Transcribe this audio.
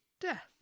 death